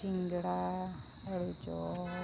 ᱥᱤᱜᱟᱹᱲᱟ ᱟᱹᱞᱩ ᱪᱚᱯ